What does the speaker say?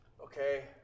Okay